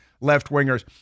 left-wingers